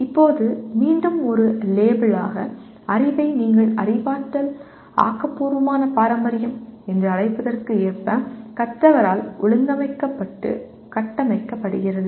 இப்போது மீண்டும் ஒரு லேபிளாக அறிவை நீங்கள் அறிவாற்றல் ஆக்கபூர்வமான பாரம்பரியம் என்று அழைப்பதற்கு ஏற்ப கற்றவரால் ஒழுங்கமைக்கப்பட்டு கட்டமைக்கப்படுகிறது